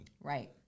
right